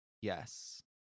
Yes